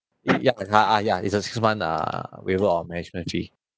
ya and ah ah ya it's a six month err waiver of management fee